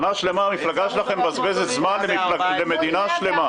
שנה שלמה המפלגה שלכם מבזבזת זמן למפלגה שלמה,